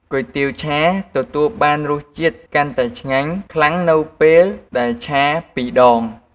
គុយទាវឆាទទួលបានរសជាតិកាន់តែឆ្ងាញ់ខ្លាំងនៅពេលដែលឆាពីរដង។